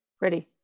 Ready